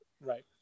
Right